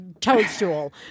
toadstool